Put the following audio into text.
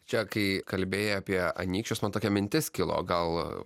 čia kai kalbėjai apie anykščius man tokia mintis kilo gal